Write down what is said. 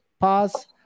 pass